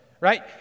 right